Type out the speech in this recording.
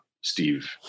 Steve